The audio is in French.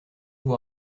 vous